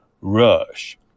Rush